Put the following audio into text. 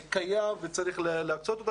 קיים וצריך להקצות אותו.